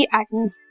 atoms